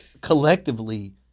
collectively